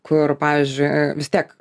kur pavyzdžiui vis tiek